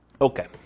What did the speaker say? Okay